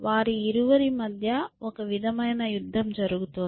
వారి ఇరువురి మధ్య ఒక విధమైన యుద్ధం జరుగుతోంది